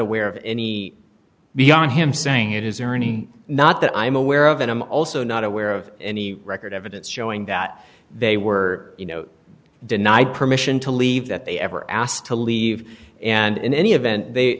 aware of any beyond him saying it is ernie not that i'm aware of and i'm also not aware of any record evidence showing that they were you know denied permission to leave that they ever asked to leave and in any event